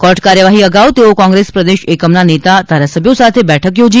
court કાર્યવાહી અગાઉ તેઓ કોંગ્રેસ પ્રદેશ એકમના નેતા ધારાસભ્યો સાથે બેઠક યોજી